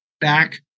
back